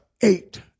Eight